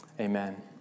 amen